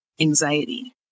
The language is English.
anxiety